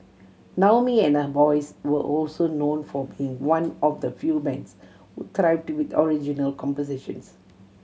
Naomi and her boys were also known for being one of the few bands who thrived with original compositions